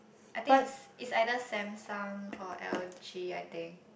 I think it's it's either Samsung or L_G I think